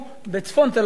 אני רוצה להגיד לך,